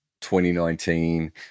2019